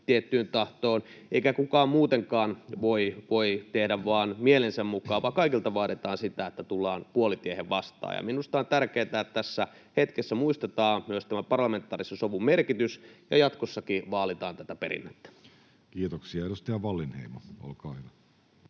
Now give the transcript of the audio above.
tiettyyn tahtoon, eikä kukaan muutenkaan voi tehdä vain mielensä mukaan, vaan kaikilta vaaditaan sitä, että tullaan puolitiehen vastaan. Minusta on tärkeää, että tässä hetkessä muistetaan myös tämä parlamentaarisen sovun merkitys ja jatkossakin vaalitaan tätä perinnettä. Kiitoksia. — Edustaja Wallinheimo, olkaa hyvä.